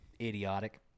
idiotic